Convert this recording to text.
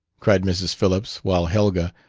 cried mrs. phillips, while helga,